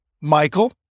Michael